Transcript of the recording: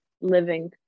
living